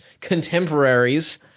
contemporaries